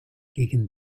gegen